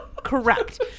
Correct